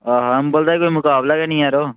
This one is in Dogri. आ हा अम्बल दा कोई मकाबला गै निं ऐ यरो